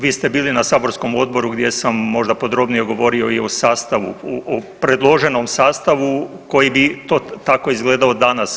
Vi ste bili na saborskom odboru gdje sam možda podrobnije govorio i o sastavu u, predloženom sastavu koji bi to tako izgledao danas.